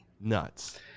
nuts